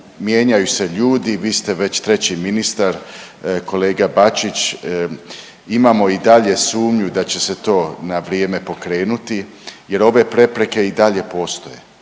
Mijenjaju se ljudi, vi ste već treći ministar. Kolega Bačić, imamo i dalje sumnju da će se to na vrijeme pokrenuti, jer ove prepreke i dalje postoje.